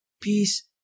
peace